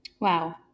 Wow